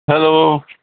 hello